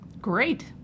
Great